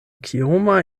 kioma